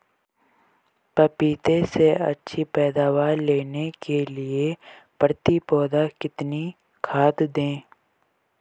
पपीते से अच्छी पैदावार लेने के लिए प्रति पौधा कितनी खाद दें?